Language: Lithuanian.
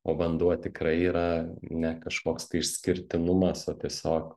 o vanduo tikrai yra ne kažkoks tai išskirtinumas o tiesiog